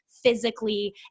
physically